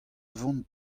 vont